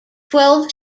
twelve